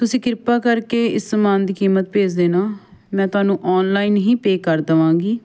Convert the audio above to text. ਤੁਸੀਂ ਕਿਰਪਾ ਕਰਕੇ ਇਸ ਸਮਾਨ ਦੀ ਕੀਮਤ ਭੇਜ ਦੇਣਾ ਮੈਂ ਤੁਹਾਨੂੰ ਔਨਲਾਈਨ ਹੀ ਪੇ ਕਰ ਦੇਵਾਂਗੀ